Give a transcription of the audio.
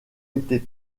été